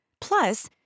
Plus